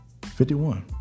51